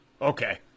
Okay